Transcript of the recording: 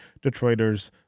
Detroiters